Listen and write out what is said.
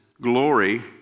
glory